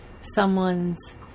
someone's